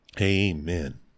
Amen